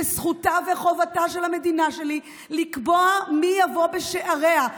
וזכותה וחובתה של המדינה שלי לקבוע מי יבוא בשעריה.